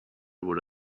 what